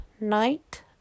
night